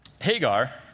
Hagar